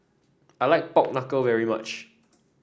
I like Pork Knuckle very much